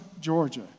Georgia